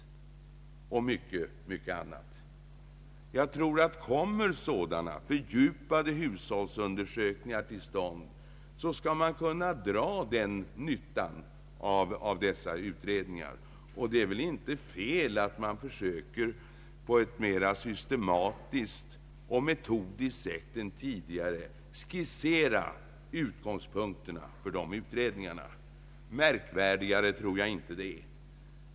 Kommer sådana fördjupade hushållsundersökningar till stånd, skall man kunna dra den nyttan av dessa utredningar. Det är väl inte fel att man försöker att på ett mera systematiskt och metodiskt sätt än tidigare skissera utgångspunkter för dessa utredningar. Märkvärdigare tror jag inte att det är.